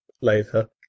Later